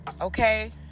okay